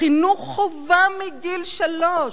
מדברת על חינוך חובה מגיל שלוש.